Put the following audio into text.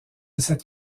cette